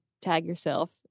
tag-yourself